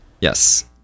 Yes